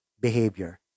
behavior